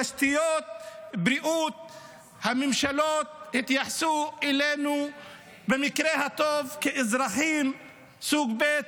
תשתיות הממשלות התייחסו אלינו במקרה הטוב כאזרחים סוג ב',